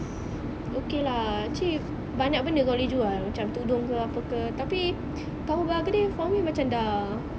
okay lah actually banyak benda kau boleh jual macam tundung ke apa ke tapi tahu begedil for me macam dah